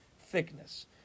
thickness